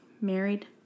married